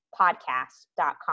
podcast.com